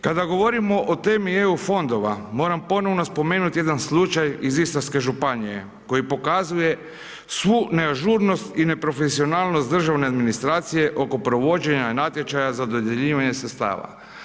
Kada govorimo o temi EU fondova, moramo ponovno spomenuti jedan slučaj iz Istarske županije koji pokazuje svu neažurnost i neprofesionalnost državne administracije oko provođenja natječaja za dodjeljivanje sredstava.